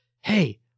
Hey